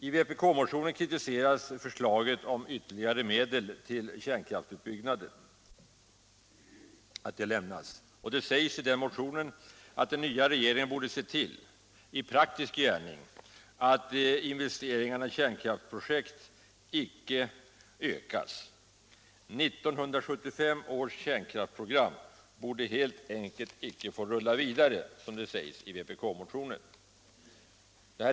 I vpk-motionen kritiseras förslaget att anvisa ytterligare medel till kärnkraftsutbyggnaden. Det sägs i motionen att den nya regeringen borde i praktisk gärning se till att investeringarna i kärnkraftsprojekt icke ökas. 1975 års kärnkraftsprogram borde helt enkelt inte få rulla vidare, som det heter i vpk-motionen.